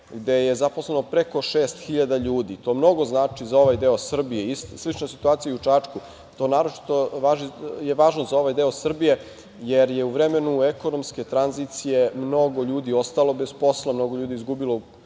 gde je zaposleno preko 6.000 ljudi. To mnogo znači za ovaj deo Srbije. Slična situacija je i u Čačku. To je naročito važno za ovaj deo Srbije, jer je u vreme ekonomske tranzicije mnogo ljudi ostalo bez posla, mnogo ljudi izgubilo